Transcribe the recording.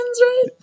right